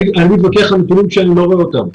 מתווכח עם הנתונים כשאני לא רואה אותם,